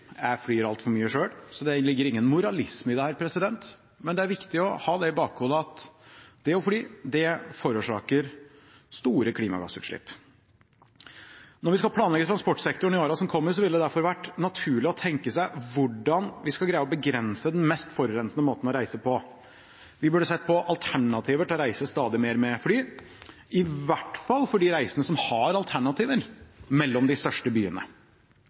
Jeg flyr altfor mye selv, så det ligger ingen moralisme i dette. Det er viktig å ha i bakhodet at det å fly forårsaker store klimagassutslipp. Når vi skal planlegge transportsektoren i årene som kommer, ville det derfor vært naturlig å tenke seg hvordan vi skal greie å begrense den mest forurensende måten å reise på. Vi burde sett på alternativer til å reise stadig mer med fly – i hvert fall for de reisende som har alternativer – mellom de største byene.